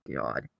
god